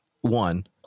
one